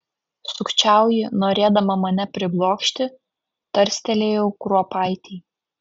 sukčiauji norėdama mane priblokšti tarstelėjau kruopaitei